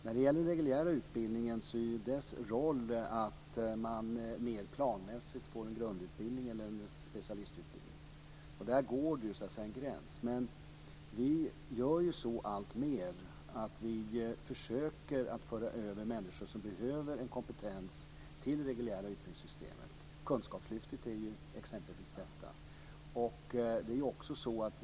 När det gäller den reguljära utbildningen är dess roll att mer planmässigt erbjuda en grundutbildning eller en specialistutbildning, och där går det en gräns. Men man försöker alltmer att föra över människor som behöver en kompetens till det reguljära utbildningssystemet. Kunskapslyftet är ett exempel på detta.